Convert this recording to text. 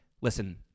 listen